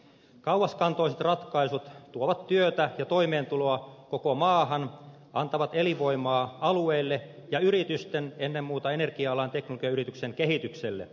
kauaskantoiset ratkaisut tuovat työtä ja toimeentuloa koko maahan antavat elinvoimaa alueelle ja yritysten ennen muuta energia alan teknologiayrityksen kehitykselle